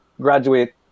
graduate